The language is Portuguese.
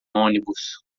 ônibus